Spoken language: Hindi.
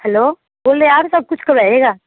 हेलो बोलें और सब कुछ तो रहेगा